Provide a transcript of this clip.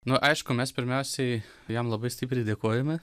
na aišku mes pirmiausiai jam labai stipriai dėkojame